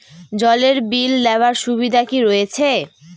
জলের বিল দেওয়ার সুবিধা কি রয়েছে?